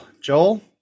Joel